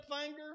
finger